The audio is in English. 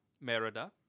Merida